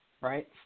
right